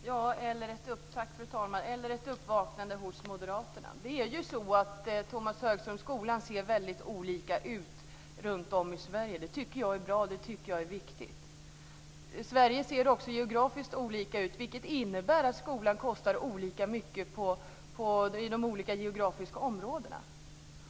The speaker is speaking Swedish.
Fru talman! Eller också är det dags för ett uppvaknande hos moderaterna. Det är ju så, Tomas Högström, att skolan ser väldigt olika ut runtom i Sverige, och det tycker jag är bra och viktigt. Sverige ser också geografiskt olika ut, vilket innebär att skolan kostar olika mycket i de olika geografiska områdena.